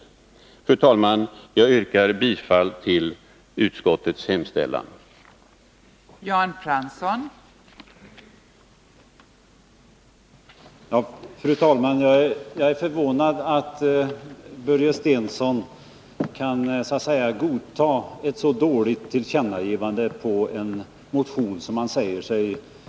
Onsdagen den Fru talman! Jag yrkar bifall till utskottets hemställan. 9 december 1981